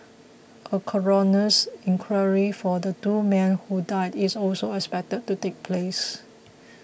a coroner's inquiry for the two men who died is also expected to take place